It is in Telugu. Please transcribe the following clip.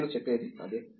నేను చెప్పేది అదే